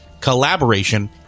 collaboration